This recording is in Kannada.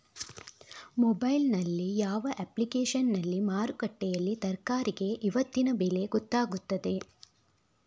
ಮೊಬೈಲ್ ನಲ್ಲಿ ಯಾವ ಅಪ್ಲಿಕೇಶನ್ನಲ್ಲಿ ಮಾರುಕಟ್ಟೆಯಲ್ಲಿ ತರಕಾರಿಗೆ ಇವತ್ತಿನ ಬೆಲೆ ಗೊತ್ತಾಗುತ್ತದೆ?